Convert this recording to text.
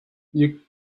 you